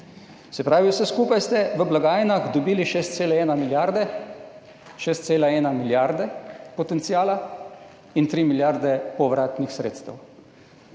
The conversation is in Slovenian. Se pravi, vse skupaj ste v blagajnah dobili 6,1 milijarde potenciala in 3 milijarde povratnih sredstev,